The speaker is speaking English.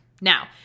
now